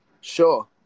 Sure